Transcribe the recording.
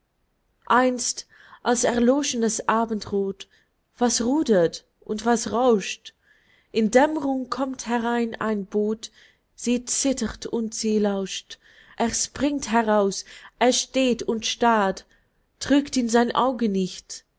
einst als erloschen das abendroth was rudert und was rauscht in dämmrung kommt heran ein boot sie zittert und sie lauscht er springt heraus er steht und starrt trügt ihn sein auge nicht